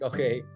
Okay